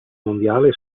mondiale